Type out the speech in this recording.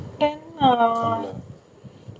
I think that's quite close the seconds